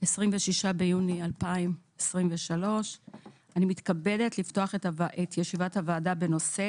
26 ביוני 2023. אני מתכבדת לפתוח את ישיבת הוועדה בנושא